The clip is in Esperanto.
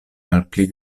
malpli